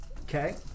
Okay